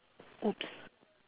!oops!